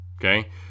okay